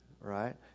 right